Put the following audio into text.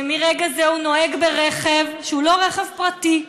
שמרגע זה הוא נוהג ברכב שהוא לא רכב פרטי,